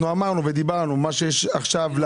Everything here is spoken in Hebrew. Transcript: אמרנו מה שיש עכשיו,